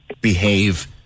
behave